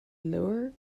lower